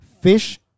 fish